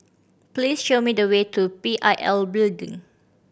please show me the way to P I L Building